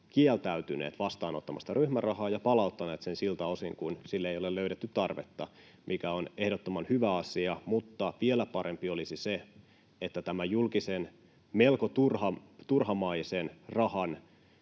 kieltäytyneet vastaanottamasta ryhmärahaa ja palauttaneet sen siltä osin kuin sille ei ole löydetty tarvetta, mikä on ehdottoman hyvä asia. Mutta vielä parempi olisi se, että tämän julkisen, melko turhamaisen rahan